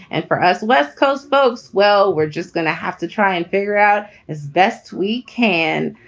and for us west coast folks, well, we're just going to have to try and figure out as best we can.